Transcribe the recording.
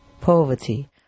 poverty